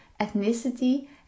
ethnicity